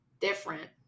different